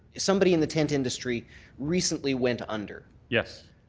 somebody in the tent industry recently went under. yes.